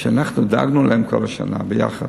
שאנחנו דאגנו להם כל השנה, ביחד,